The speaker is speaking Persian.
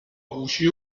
گوشی